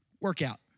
Workout